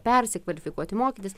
persikvalifikuoti mokytis